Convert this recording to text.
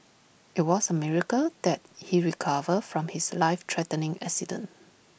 IT was A miracle that he recovered from his life threatening accident